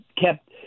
kept